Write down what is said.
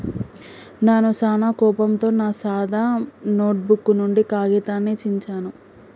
నాను సానా కోపంతో నా సాదా నోటుబుక్ నుండి కాగితాన్ని చించాను